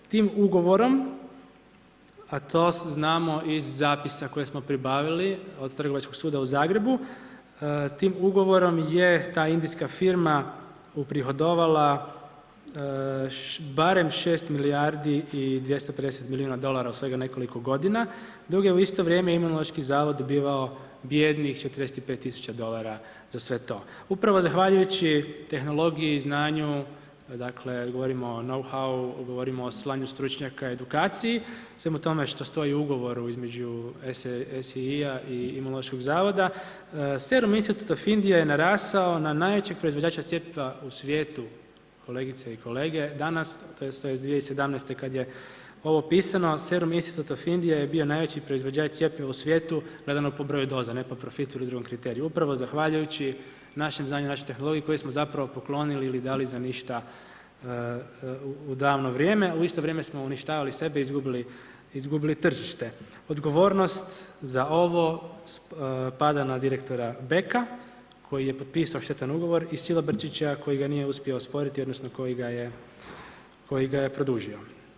Tim ugovorom a to znamo iz zapisa koje smo pribavili od Trgovačkog suda u Zagrebu, tim ugovorom je ta indijska firma uprihodovala barem 6 milijardi i 250 milijuna dolara u svega nekoliko godina dok je u isto Imunološki zavod dobivao bijednih 45 000 dolara za sve to upravo zahvaljujući tehnologiji, znanju, dakle govorimo o no how, govorimo o slanju stručnjaka i edukaciji, svemu tome što stoji u ugovoru između SII-a i Imunološkog zavoda, SII je narastao na najjačeg proizvođača cjepiva u svijetu, kolegice i kolege, danas tj. 2017. kad je ovo pisano, SII je bio najveći proizvođač cjepiva u svijetu gledano po briju doza, ne po profitu ili drugom kriteriju, upravo zahvaljujući našem znanju, našoj tehnologiji koju smo zapravo poklonili ili dali za ništa u davno vrijeme, u sito vrijeme smo uništavali sebe, izgubili tržište. odgovornost za ovo pada na direktora Beka koji je potpisao štetan ugovor i Silobrčića koji ga nije uspio osporiti, odnosno koji ga je produžio.